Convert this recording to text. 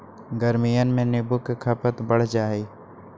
गर्मियन में नींबू के खपत बढ़ जाहई